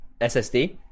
SSD